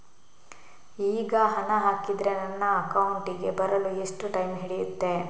ಈಗ ಹಣ ಹಾಕಿದ್ರೆ ನನ್ನ ಅಕೌಂಟಿಗೆ ಬರಲು ಎಷ್ಟು ಟೈಮ್ ಹಿಡಿಯುತ್ತೆ?